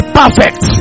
perfect